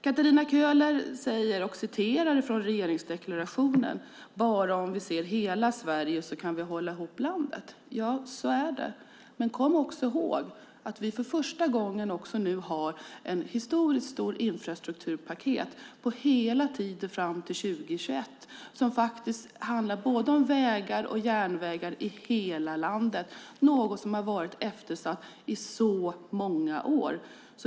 Katarina Köhler citerar från regeringsdeklarationen: "Bara om vi ser hela Sverige kan vi hålla samman vårt samhälle." Ja, så är det. Men kom också ihåg att vi för första gången nu har ett historiskt stort infrastrukturpaket för hela tiden fram till 2021, som faktiskt handlar om både vägar och järnvägar i hela landet, något som har varit eftersatt i väldigt många år.